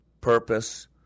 purpose